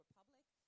Republic